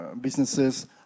businesses